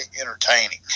entertaining